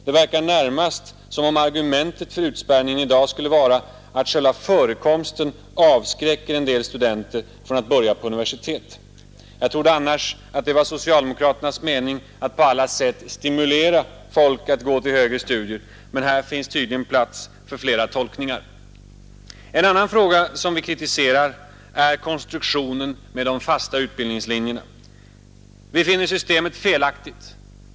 Det verkar närmast som om argumentet för utspärrningen i dag skulle vara, att själva förekomsten avskräcker en del studenter från att börja på universitet. Jag trodde annars att det var socialdemokraternas mening att på alla sätt stimulera folk att gå till högre studier, men här finns tydligen plats för flera tolkningar. En annan fråga som vi kritiserar är konstruktionen med de fasta utbildningslinjerna. Vi finner systemet felaktigt.